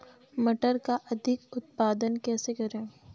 मटर का अधिक उत्पादन कैसे करें?